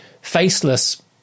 faceless